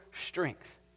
strength